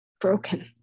broken